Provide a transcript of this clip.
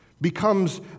becomes